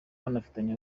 banafitanye